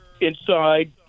inside